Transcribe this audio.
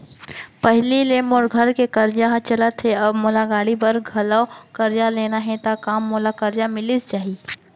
पहिली ले मोर घर के करजा ह चलत हे, अब मोला गाड़ी बर घलव करजा लेना हे ता का मोला करजा मिलिस जाही?